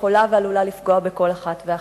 ויכולה ועלולה לפגוע בכל אחת ואחת.